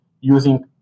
using